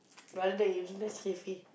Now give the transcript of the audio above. rather than you drink Nescafe